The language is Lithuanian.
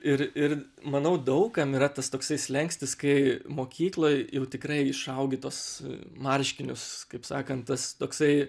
ir ir manau daug kam yra tas toksai slenkstis kai mokykloj jau tikrai išaugi tuos marškinius kaip sakant tas toksai